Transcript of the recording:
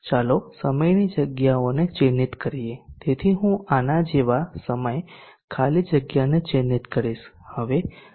ચાલો સમયની જગ્યાઓને ચિહ્નિત કરીએ તેથી હું આના જેવા સમય ખાલી જગ્યાને ચિહ્નિત કરીશ